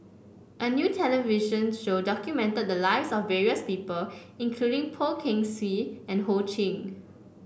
a new television show documented the lives of various people including Poh Kay Swee and Ho Ching